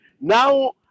Now